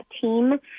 team